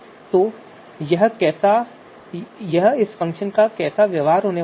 तो यह फ़ंक्शन कैसा व्यवहार करने वाला है